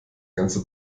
ganze